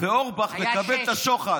ואורבך מקבל את השוחד.